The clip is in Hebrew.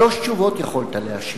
שלוש תשובות יכולת להשיב: